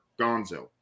gonzo